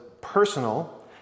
personal